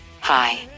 hi